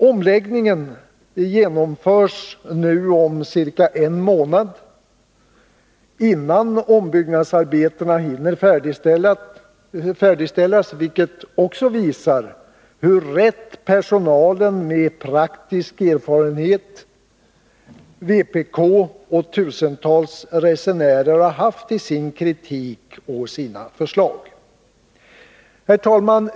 Omläggningen genomförs nu om ca en månad — innan ombyggnadsarbetena hinner färdigställas — vilket också visar hur rätt personalen med praktisk erfarenhet, vpk och tusentals resenärer har haft i sin kritik och sina förslag. Herr talman!